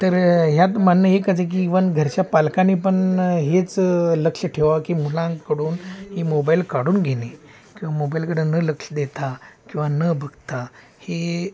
तर ह्यात म्हननं एकच आहे की इव्हन घरच्या पालकांनी पण हेच लक्ष ठेवा की मुलांकडून हे मोबाईल काढून घेणे किंवा मोबाईलकडं न लक्ष देता किंवा न बघता हे